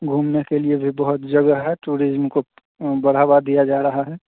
घूमने के लिए भी बहुत जगह है टूरिज्म को बढ़ावा दिया जा रहा है